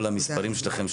כל המספרים שלכם,